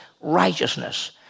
righteousness